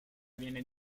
viene